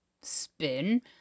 spin